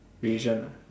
religion ah